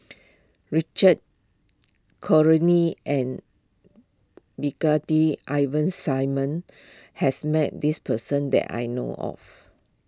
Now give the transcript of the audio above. Richard and Brigadier Ivan Simon has met this person that I know of